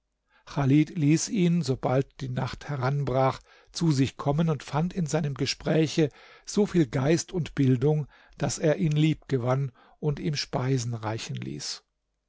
ließ ihn sobald die nacht heranbrach zu sich kommen und fand in seinem gespräche so viel geist und bildung daß er ihn liebgewann und ihm speisen reichen ließ